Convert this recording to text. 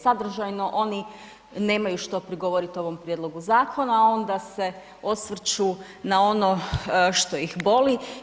Sadržajno oni nemaju što prigovoriti ovom prijedlogu zakona, onda se osvrću na ono što ih boli.